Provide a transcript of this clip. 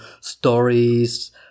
stories